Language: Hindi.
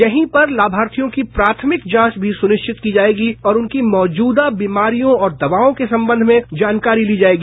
यहीं पर तामार्थियों की प्राथमिक जांच भी सुनिश्चित की जायेगी और उनकी मौजूदा बीमारियों और दवायों के संबंध में जानकारी ली जायेगी